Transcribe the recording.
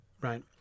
right